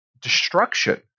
destruction